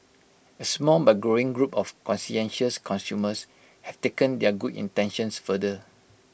A small but growing group of conscientious consumers have taken their good intentions further